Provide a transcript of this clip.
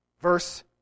Verse